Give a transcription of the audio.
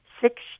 six